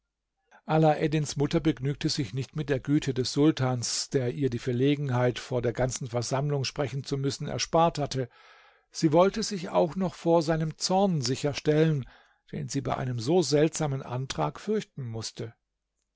alaeddins mutter begnügte sich nicht mit der güte des sultans der ihr die verlegenheit vor der ganzen versammlung sprechen zu müssen erspart hatte sie wollte sich auch noch vor seinem zorn sicher stellen den sie bei einem so seltsamen antrag fürchten mußte